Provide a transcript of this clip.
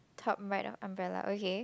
top right of umbrella okay